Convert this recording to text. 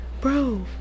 bro